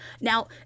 Now